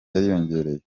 yariyongereye